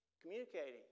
Communicating